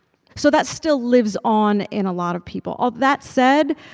so that still lives on in a lot of people. ah that said,